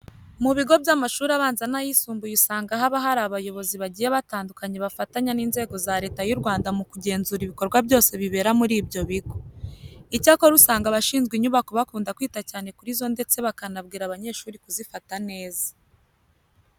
Mu bigo by'amashuri abanza n'ayisumbuye usanga haba hari abayobozi bagiye batandukanye bafatanya n'inzego za Leta y'u Rwanda mu kugenzura ibikorwa byose bibera muri ibyo bigo. Icyakora usanga abashinzwe inyubako bakunda kwita cyane kuri zo ndetse bakanabwira abanyeshuri kuzifata neza.